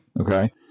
Okay